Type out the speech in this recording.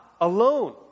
alone